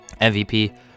mvp